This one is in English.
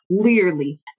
clearly